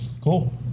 Cool